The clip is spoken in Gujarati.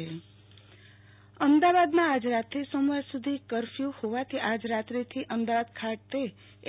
આરતી ભદ્દ અમદાવાદ એસટી સેવા બંધ અમદાવાદમાં આજ રાતથી સોમવાર સુધી કર્ફ્યુ હોવાથી આજ રાત્રીથી અમદાવાદ ખાતે